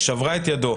היא שברה את ידו.